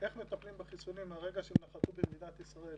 איך מטפלים בחיסונים מהרגע שהם נחתו במדינת ישראל